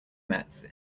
mets